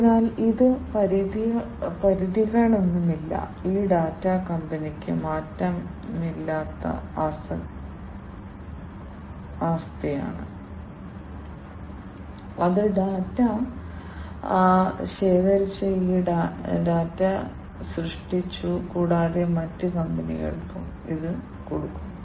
അതിനാൽ ഇതിന് പരിധികളൊന്നുമില്ല ഈ ഡാറ്റ കമ്പനിക്ക് മാറ്റമില്ലാത്ത ആസ്തിയാണ് അത് ഡാറ്റ ശേഖരിച്ച ഈ ഡാറ്റ സൃഷ്ടിച്ചു കൂടാതെ മറ്റ് കമ്പനികൾക്കും